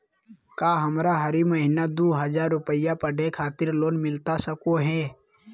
का हमरा हरी महीना दू हज़ार रुपया पढ़े खातिर लोन मिलता सको है?